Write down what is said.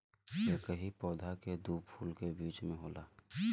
एकही पौधा के दू फूल के बीच में होला